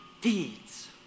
deeds